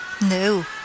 No